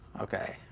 Okay